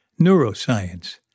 neuroscience